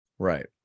Right